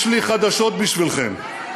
יש לי חדשות בשבילכם,